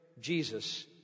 Jesus